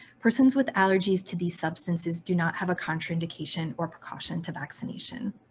persons with allergies to the substances do not have contraindication or precaution to vaccination.